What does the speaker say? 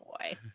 boy